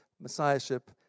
Messiahship